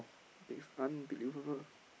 it's unbelievable